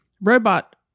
robot